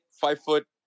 five-foot